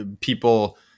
people